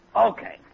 Okay